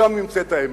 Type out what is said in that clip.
שם נמצאת האמת.